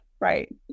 right